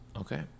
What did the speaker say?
Okay